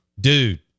dude